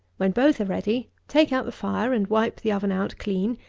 when both are ready, take out the fire, and wipe the oven out clean,